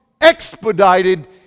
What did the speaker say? expedited